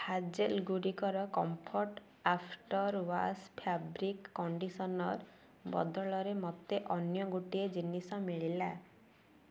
hazel ଗୁଡ଼ିକର comfort after wash fabric conditioner ବଦଳରେ ମୋତେ ଅନ୍ୟ ଗୋଟିଏ ଜିନିଷ ମିଳିଲା